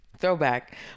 throwback